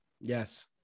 Yes